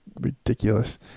Ridiculous